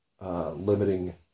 limiting